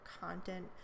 content